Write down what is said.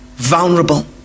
Vulnerable